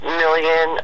million